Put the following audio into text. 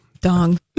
dong